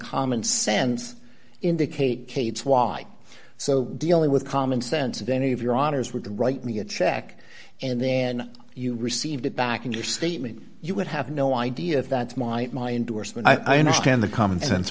common sense indicate kates why so dealing with common sense of any of your honors would write me a check and then you received it back in your statement you would have no idea if that's my my indorsement i understand the common sense